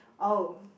oh